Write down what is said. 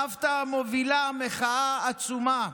סבתא מובילה מחאה עצומה,